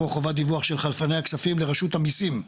"חובת דיווח של חלפני הכספים לרשות המיסים".